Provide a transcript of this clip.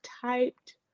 typed